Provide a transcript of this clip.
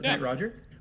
Roger